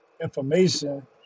information